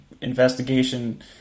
investigation